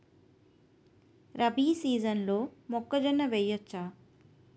రబీ సీజన్లో మొక్కజొన్న వెయ్యచ్చా?